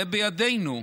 זה בידינו.